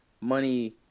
money